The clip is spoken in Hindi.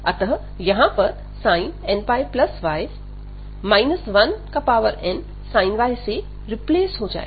अतः यहां पर sin nπy 1nsin y से रिप्लेस हो जाएगा